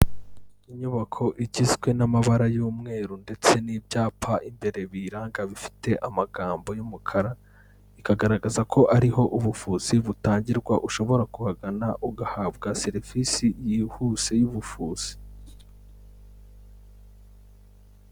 Inyubako igizwe n'amabara y'umweru, ndetse n'ibyapa imbere biyiranga, bifite amagambo y'umukara, ikagaragaza ko ariho ubuvuzi butangirwa, ushobora kubagana ugahabwa serivisi yihuse y'ubuvuzi.